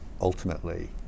ultimately